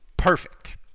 Perfect